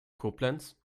koblenz